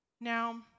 Now